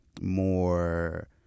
more